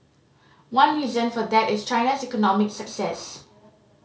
one reason for that is China's economic success